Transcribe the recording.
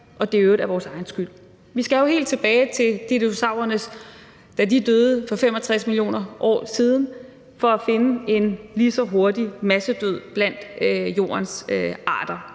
at det i øvrigt er vores egen skyld. Vi skal jo helt tilbage til dinosaurernes død for 65 millioner år siden for at finde en lige så hurtig massedød blandt jordens arter.